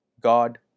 God